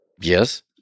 Yes